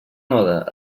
node